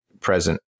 present